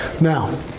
Now